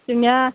जोंनिया